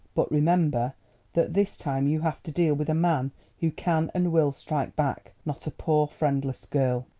but remember that this time you have to deal with a man who can and will strike back, not a poor friendless girl.